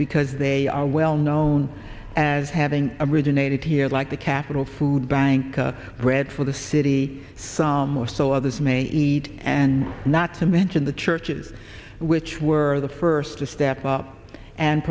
because they are well known as having originated here like the capital food bank bread for the city or so others may eat and not to mention the churches which were the first to step up and